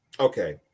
Okay